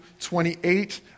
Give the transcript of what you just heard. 28